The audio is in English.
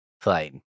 Fine